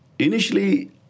Initially